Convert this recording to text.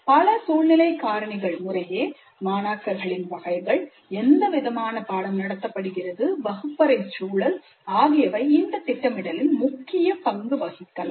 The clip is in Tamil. பல சூழ்நிலை காரணிகள் முறையே மாணாக்கர்களின் வகைகள் எவ்விதமான பாடம் நடத்தப்படுகிறதுவகுப்பறைச் சூழல் ஆகியவை இந்த திட்டமிடலில் முக்கிய பங்கு வகிக்கலாம்